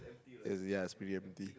is yes b_m_t